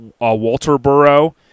Walterboro